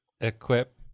equip